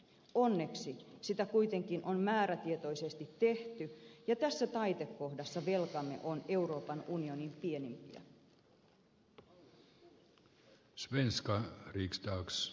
onneksi sitä kuitenkin on määrätietoisesti tehty ja tässä taitekohdassa velkamme on euroopan unionin pienimpiä